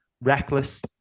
reckless